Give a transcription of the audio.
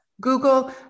Google